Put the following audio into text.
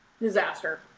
disaster